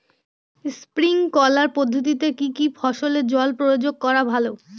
Sprinkler পদ্ধতিতে কি কী ফসলে জল প্রয়োগ করা ভালো?